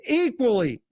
equally